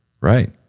Right